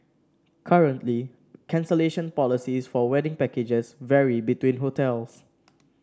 currently cancellation policies for wedding packages vary between hotels